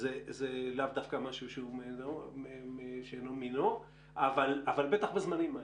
זה לאו דווקא משהו שאינו מינו אבל בטח בזמנים האלה.